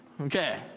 Okay